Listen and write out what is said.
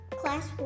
class